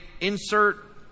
Insert